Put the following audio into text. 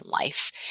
life